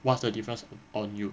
what's the difference on you